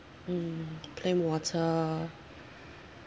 mm plain water